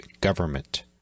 government